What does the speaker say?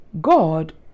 God